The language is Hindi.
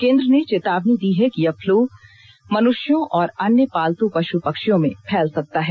केन्द्र ने चेतावनी दी है कि यह फलू मनुष्यों और अन्य पालतू पशु पक्षियों में फैल सकता है